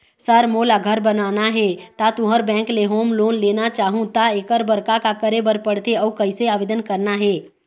Sir मोला घर बनाना हे ता तुंहर बैंक ले होम लोन लेना चाहूँ ता एकर बर का का करे बर पड़थे अउ कइसे आवेदन करना हे?